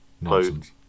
nonsense